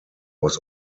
was